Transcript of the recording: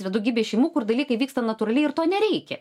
yra daugybė šeimų kur dalykai vyksta natūraliai ir to nereikia ir